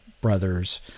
brothers